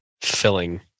filling